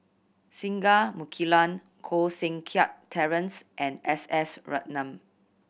Singai Mukilan Koh Seng Kiat Terence and S S Ratnam